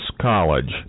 college